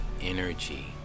energy